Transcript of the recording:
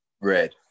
red